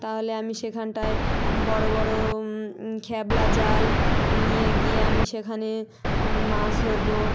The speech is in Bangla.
তাহলে আমি সেখানটায় বড় বড় খেপলা জাল নিয়ে গিয়ে আমি সেখানে মাছ ধরব